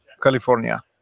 California